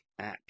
apps